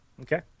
Okay